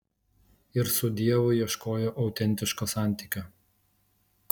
ir su dievu ieškojo autentiško santykio